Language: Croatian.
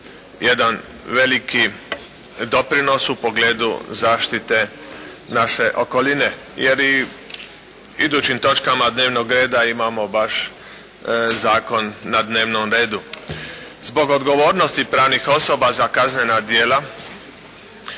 jedan veliki doprinos u pogledu zaštite naše okoline jer i u idućim točkama dnevnog reda imamo baš zakon na dnevnom redu. Zbog odgovornosti pravnih osoba za kaznena djela